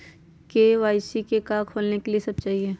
KYC का का खोलने के लिए कि सब चाहिए?